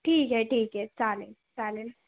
ठीक आहे ठीक आहे चालेल चालेल